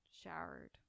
showered